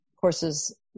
courses